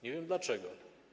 Nie wiem dlaczego.